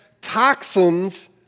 toxins